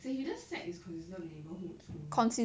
saint hilda's sec is considered neighbourhood school